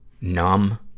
numb